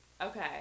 Okay